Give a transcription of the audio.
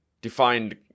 defined